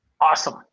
Awesome